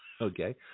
Okay